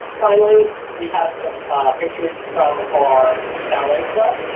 finally, we have some pictures from our ballet club,